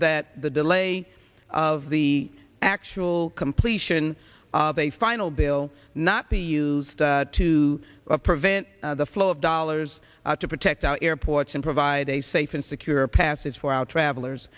that the delay of the actual completion of a final bill not be used to prevent the flow of dollars to protect our airports and provide a safe and secure passage for our travelers